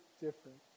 different